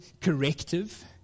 corrective